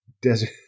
desert